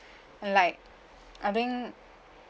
like I think